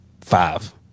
five